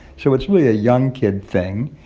so it's really a young kid thing.